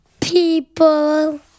People